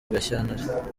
gashyantare